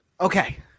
okay